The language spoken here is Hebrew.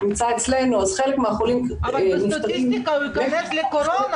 אבל בסטטיסטיקה הוא ייכנס לקורונה.